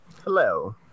Hello